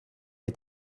est